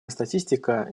статистика